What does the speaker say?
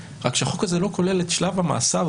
רק שהחוק הזה לא כולל את שלב המאסר,